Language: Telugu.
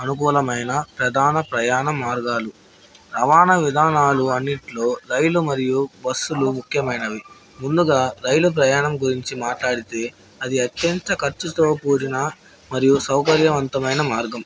అనుకూలమైన ప్రధాన ప్రయాణ మార్గాలు రవాణా విధానాలు అన్నిట్లో రైలు మరియు బస్సులు ముఖ్యమైనవి ముందుగా రైలు ప్రయాణం గురించి మాట్లాడితే అది అత్యంత ఖర్చుతో కూడిన మరియు సౌకర్యవంతమైన మార్గం